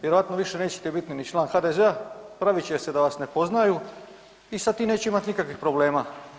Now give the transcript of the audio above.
Vjerojatno više nećete biti ni član HDZ-a, pravit će se da vas ne poznaju i sa tim neće imati nikakvih problema.